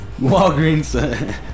Walgreens